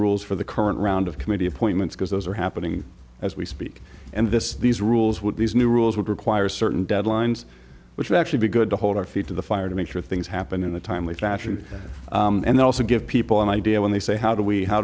rules for the current round of committee appointments because those are happening as we speak and this these rules would be new rules would require certain deadlines which would actually be good to hold our feet to the fire to make sure things happen in a timely fashion and they also give people an idea when they say how do we how